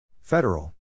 Federal